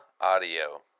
Audio